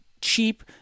cheap